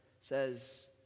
says